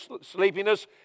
sleepiness